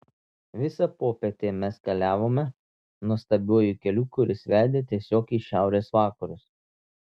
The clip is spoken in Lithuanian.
visą popietę mes keliavome nuostabiuoju keliu kuris vedė tiesiog į šiaurės vakarus